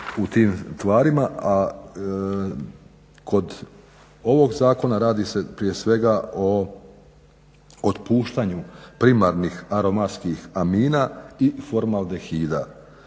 u tim tvarima, a kod ovog zakona radi se prije svega o otpuštanju primarnih aromatskih amina i formaldehida.